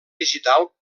digital